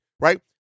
right